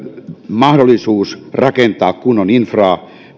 mahdollisuus rakentaa kunnon infraa